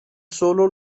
solo